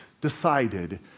decided